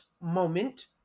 moment